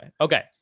Okay